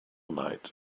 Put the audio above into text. night